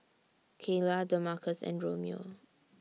Kaylah Damarcus and Romeo